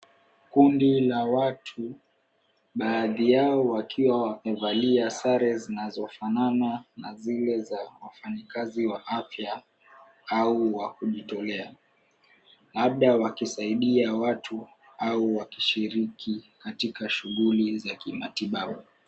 Kundi la watu baadhi yao wakiwa wamevalia sare zinazofanana na zile za wafanyikazi wa afya au wakujitolea labda wakisaidi watu au wakishiriki katika shughuli za matibabu.